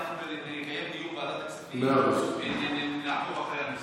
נקיים דיון בוועדת הכספים כדי לעקוב אחרי הנושא.